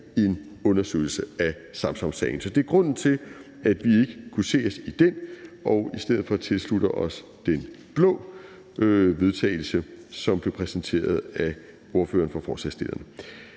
en undersøgelse af Samsamsagen. Det er grunden til, at vi ikke kunne se os i det og i stedet for tilslutter os forslaget til vedtagelse fra de blå partier, som blev præsenteret af ordføreren for forslagsstillerne.